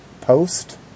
post